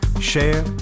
share